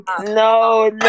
No